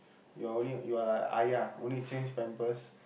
you're only you're like ஆயா:aayaa only change pampers